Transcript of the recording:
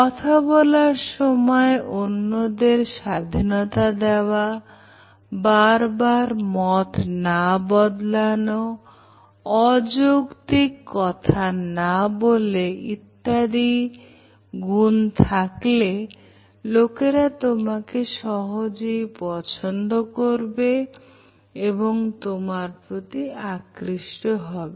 কথা বলার সময় অন্যদের স্বাধীনতা দেওয়া বারবার মত না বদলানো অযৌক্তিক কথা না বলা ইত্যাদি গুন থাকলে লোকেরা তোমাকে সহজেই পছন্দ করবে এবং তোমার প্রতি আকৃষ্ট হবে